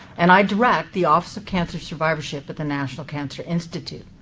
and i direct the office of cancer survivorship at the national cancer institute.